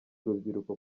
rubyiruko